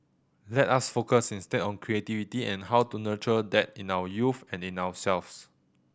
let us focus instead on creativity and how to nurture that in our youth and in ourselves